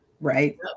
Right